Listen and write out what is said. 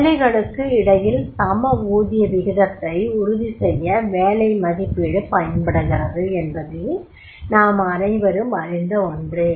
வேலைகளுக்கு இடையில் சம ஊதிய விகிதத்தை உறுதி செய்ய வேலை மதிப்பீடு பயன்படுகிறது என்பது நாம் அனைவரும் அறிந்த ஒன்றே